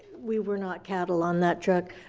we were not cattle on that truck.